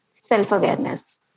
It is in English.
Self-awareness